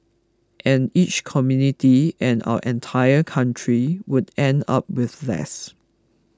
and each community and our entire country would end up with less